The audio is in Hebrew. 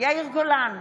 יאיר גולן,